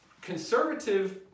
conservative